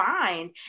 find